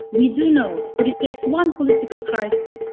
we do know, but it takes one political crisis,